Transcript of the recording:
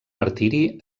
martiri